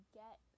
get